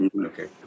Okay